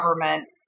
government